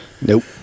Nope